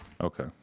Okay